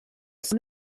seu